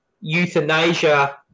euthanasia